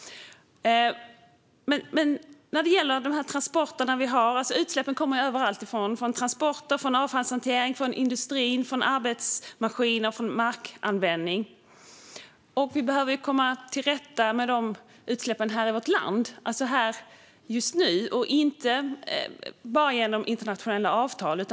Det handlar om de transporter vi har. Utsläppen kommer överallt ifrån. De kommer från transporter, avfallshantering, industrin, arbetsmaskiner och markanvändning. Vi behöver komma till rätta med utsläppen här i vårt land just nu och inte bara genom internationella avtal.